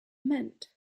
meant